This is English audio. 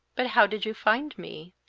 but how did you find me?